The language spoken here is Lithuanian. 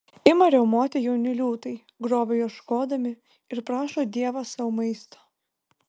ima riaumoti jauni liūtai grobio ieškodami ir prašo dievą sau maisto